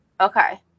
Okay